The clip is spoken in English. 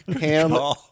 Ham